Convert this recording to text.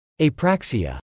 Apraxia